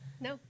No